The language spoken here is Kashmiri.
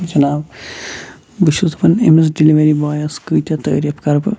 جِناب بہِ چھُس دَپان أمِس ڈیٚلؤری بایس کۭتیہ تعٲریف کرٕ بہٕ